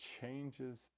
changes